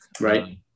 Right